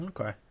okay